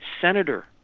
senator